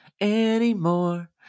anymore